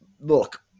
look